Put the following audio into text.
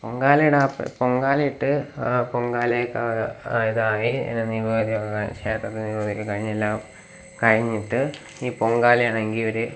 പൊങ്കാലയിടുമ്പോൾ പൊങ്കാലയിട്ട് പൊങ്കാലയൊക്കെ ഇതായി ഇനി വരുമ്പം ക്ഷേത്രത്തിൽ ഇത് കഴിഞ്ഞെല്ലാം കഴിഞ്ഞിട്ട് ഈ പൊങ്കാലയാണെങ്കിൽ ഇവർ